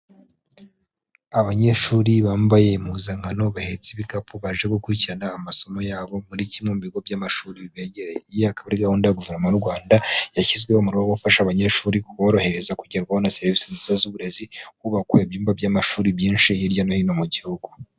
Abanyeshuri bambaye impuzankan bahetsi ibikapu, baje gukurikirana amasomo yabo muri kimwe mu bigo by'amashuri bibegereye, iyi akaba ari gahunda ya guverinoma y'u Rwanda yashyizweho mu rwego rwo gufasha abanyeshuri kuborohereza kugerwaho na serivisi nziza z'uburezi, hubakwa ibyumba by'amashuri byinshi hirya no hino mu gihugu.